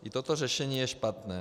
I toto řešení je špatné.